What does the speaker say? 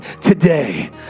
today